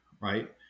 right